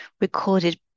recorded